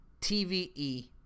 TVE